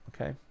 Okay